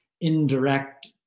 indirect